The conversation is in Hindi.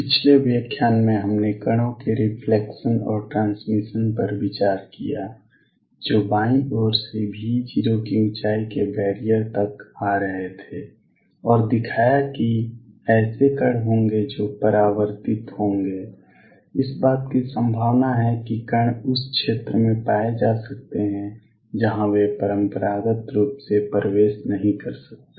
पिछले व्याख्यान में हमने कणों के रिफ्लेक्शन और ट्रांसमिशन पर विचार किया जो बाईं ओर से V0 की ऊंचाई के बैरियर तक आ रहे थे और दिखाया कि ऐसे कण होंगे जो परावर्तित होंगे इस बात की संभावना है कि कण उस क्षेत्र में पाए जा सकते हैं जहां वे परम्परागत रूप से प्रवेश नहीं कर सकते